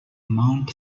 mount